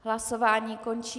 Hlasování končím.